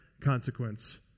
consequence